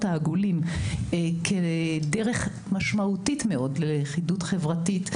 העגולים כדרך משמעותית מאוד בלכידות חברתית.